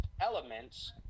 elements